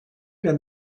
der